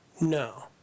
No